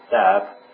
step